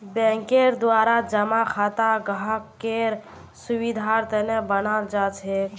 बैंकेर द्वारा जमा खाता ग्राहकेर सुविधार तने बनाल जाछेक